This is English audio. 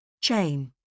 Chain